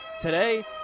today